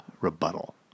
Rebuttal